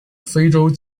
非洲